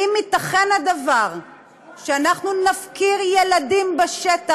האם ייתכן שאנחנו נפקיר ילדים בשטח,